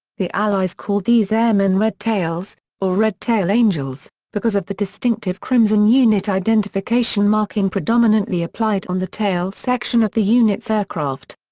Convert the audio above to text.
the allies called these airmen red tails or red-tail angels, because of the distinctive crimson unit identification marking predominantly applied on the tail section of the unit's aircraft.